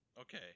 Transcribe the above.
okay